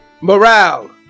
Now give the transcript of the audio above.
Morale